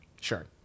Sure